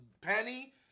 Penny